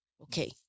Okay